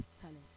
talent